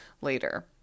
later